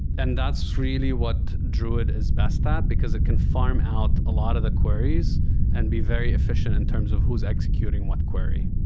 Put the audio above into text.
and that's really what druid is best at, because it can farm out a lot of the queries and be very effi in and terms of who's executing what query.